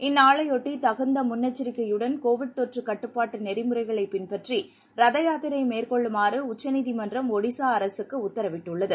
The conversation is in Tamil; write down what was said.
இந்நாளையொட்டி தக்நத முன்னெச்சரிக்கையுடன் கோவிட் தொற்று கட்டுப்பாட்டு நெறிமுறைகளைப் பின்பற்றி ரத யாத்திரை மேற்கொள்ளுமாறு உச்சநீதிமன்றம் ஒடிசா அரசுக்கு உத்தரவிட்டுள்ளது